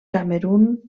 camerun